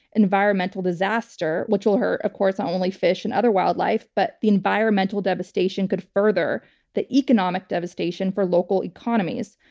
environmental disaster, which will hurt, of course, not only fish and other wildlife, but the environmental devastation could further the economic devastation for local economies.